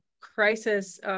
crisis